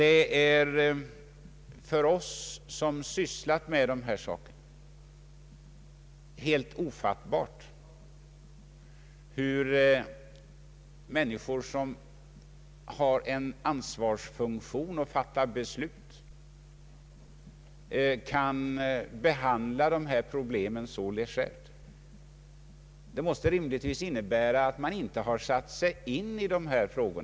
Det är för oss som har sysslat med dessa frågor helt ofattbart hur människor som har en ansvarsfunktion att fatta beslut kan behandla dessa problem så legärt. Det måste rimligtvis innebära att man inte har satt sig in i dessa frågor.